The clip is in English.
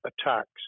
attacks